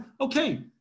okay